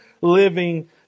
living